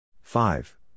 Five